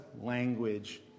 language